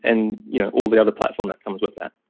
and you know all the other platform that comes with that.